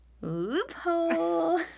Loophole